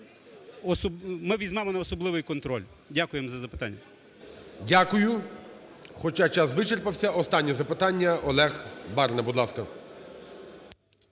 ми візьмемо на особливий контроль. Дякуємо за запитання. ГОЛОВУЮЧИЙ. Дякую. Хоча час вичерпався, останнє запитання. Олег Барна, будь ласка.